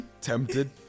tempted